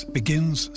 begins